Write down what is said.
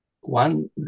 one